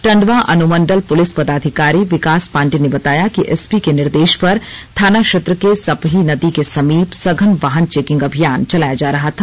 टंडवा अनुमंडल पुलिस पदाधिकारी विकास पांडेय ने बताया कि एसपी के निर्देश पर थाना क्षेत्र के सपही नदी के समीप संघन वाहन चेकिंग अभियान चलाया जा रहा था